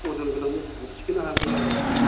अज'न गोनां बुस्तुखौ थिखांनो हागोनना हाया जाखो